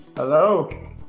Hello